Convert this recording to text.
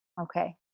Okay